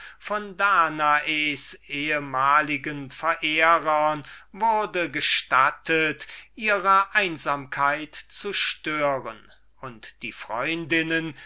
von danaes ehemaligen verehrern hatte sich erkühnt ihre einsamkeit zu stören und die freundinnen